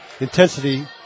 intensity